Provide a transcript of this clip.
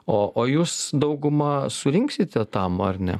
o o jūs daugumą surinksite tam ar ne